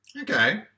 Okay